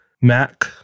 Mac